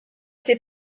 ses